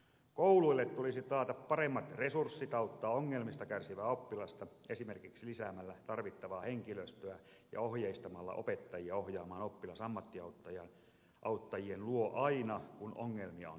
kouluille tulisi taata paremmat resurssit auttaa ongelmista kärsivää oppilasta esimerkiksi lisäämällä tarvittavaa henkilöstöä ja ohjeistamalla opettajia ohjaamaan oppilas ammattiauttajien luo aina kun ongelmia on nähtävillä